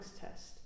test